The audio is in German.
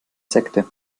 sekte